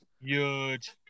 Huge